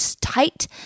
tight